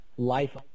life